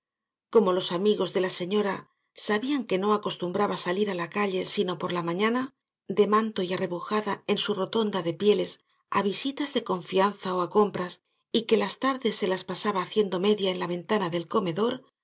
como los amigos de la señora sabían que no acostumbraba salir á la calle sino por la mañana de manto y arrebujada en su rotonda de pieles á visitas de confianza ó á compras y que las tardes se las pasaba haciendo media en la ventana del comedor